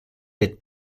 der